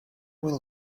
will